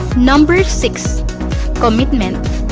number six commitment